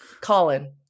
Colin